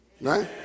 Right